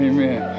Amen